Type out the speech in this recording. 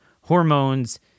hormones